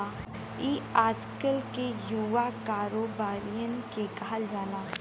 ई आजकल के युवा कारोबारिअन के कहल जाला